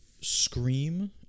Scream